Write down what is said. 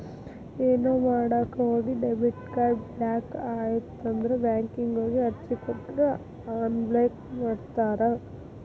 ಏನೋ ಮಾಡಕ ಹೋಗಿ ಡೆಬಿಟ್ ಕಾರ್ಡ್ ಬ್ಲಾಕ್ ಆಯ್ತಂದ್ರ ಬ್ಯಾಂಕಿಗ್ ಹೋಗಿ ಅರ್ಜಿ ಕೊಟ್ರ ಅನ್ಬ್ಲಾಕ್ ಮಾಡ್ತಾರಾ